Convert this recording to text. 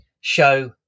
show